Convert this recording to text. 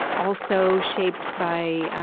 also shaped by,